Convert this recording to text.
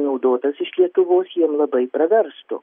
naudotas iš lietuvos jiem labai praverstų